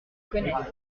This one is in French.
connaissent